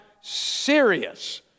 serious